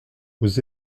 aux